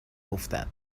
افتد